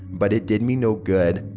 but it did me no good.